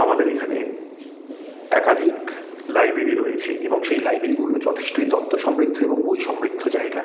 আমাদের এখানে একাধিক লাইব্রেরি রয়েছে এবং সেই লাইব্রেরিগুলো যথেষ্টই তথ্য সমৃদ্ধ এবং বই সমৃদ্ধ জায়গা